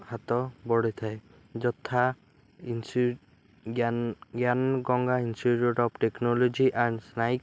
ହାତ ବଢ଼ିଥାଏ ଯଥା Gyan Gyan Ganga Institute of Technology and science